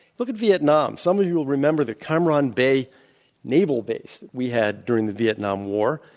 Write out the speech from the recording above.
look at vietnam. some of you will remember the cam ranh bay naval base that we had during the vietnam war.